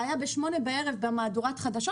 כשזה היה ב-20:00 בערב במהדורת חדשות